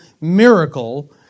miracle